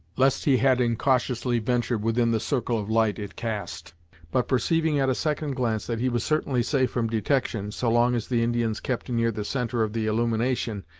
lest he had incautiously ventured within the circle of light it cast but perceiving at a second glance that he was certainly safe from detection, so long as the indians kept near the centre of the illumination,